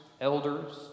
elders